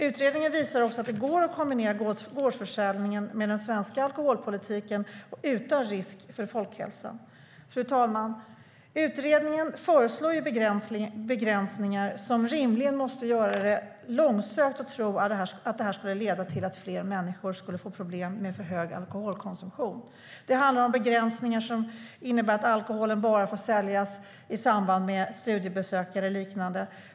Utredningen visar också att det går att kombinera gårdsförsäljningen med den svenska alkoholpolitiken utan risk för folkhälsan. Fru talman! Utredningen föreslår begränsningar som rimligen måste göra det långsökt att tro att det skulle leda till att fler människor skulle få problem med för hög alkoholkonsumtion. Det handlar om begränsningar som innebär att alkoholen bara får säljas i samband med studiebesök eller liknande.